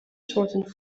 soorten